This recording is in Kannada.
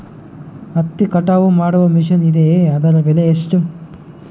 ಹತ್ತಿ ಕಟಾವು ಮಾಡುವ ಮಿಷನ್ ಇದೆಯೇ ಅದರ ಬೆಲೆ ಎಷ್ಟು?